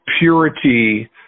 purity